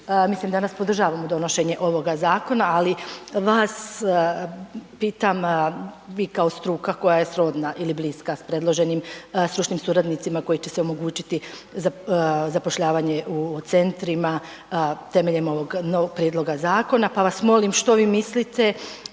mislim danas podržavamo donošenje ovoga zakona, ali vas pitam vi kao struka koja je srodna ili bliska s predloženim stručnim suradnicima koji će se omogućiti zapošljavanje u centrima temeljem ovog novog prijedloga zakona, pa vas molim što vi mislite